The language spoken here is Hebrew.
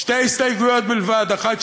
שתי הסתייגויות בלבד: האחת,